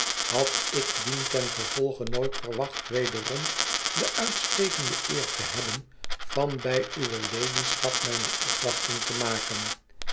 had ik dientengevolge nooit verwacht wederom de uitstekende eer te hebben van bij uwe ladyschap mijne opwachting te maken